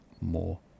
more